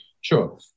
Sure